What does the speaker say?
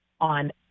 on